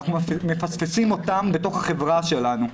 אנחנו מפספסים אותם בתוך החברה שלנו.